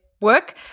work